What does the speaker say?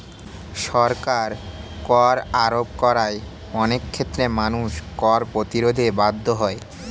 সরকার কর আরোপ করায় অনেক ক্ষেত্রে মানুষ কর প্রতিরোধে বাধ্য হয়